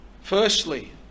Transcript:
Firstly